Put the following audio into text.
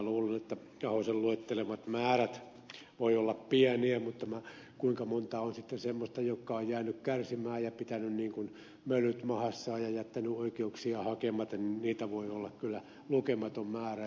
ahosen luettelemat määrät voivat olla pieniä niin kuinka monta on sitten semmoista joka on jäänyt kärsimään ja pitänyt mölyt mahassaan ja jättänyt oikeuksiaan hakematta niitä voi olla kyllä lukematon määrä